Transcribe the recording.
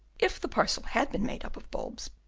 if the parcel had been made up of bulbs,